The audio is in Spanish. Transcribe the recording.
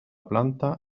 planta